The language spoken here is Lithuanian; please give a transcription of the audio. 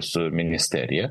su ministerija